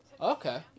Okay